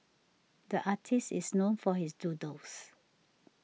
the artist is known for his doodles